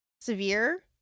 severe